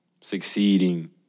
succeeding